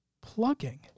plugging